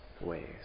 ways